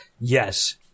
yes